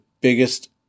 biggest